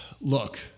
look